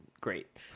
great